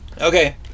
okay